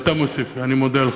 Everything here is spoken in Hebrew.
אתה מוסיף לי, אני מודה לך.